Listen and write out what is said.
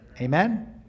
amen